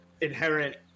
inherent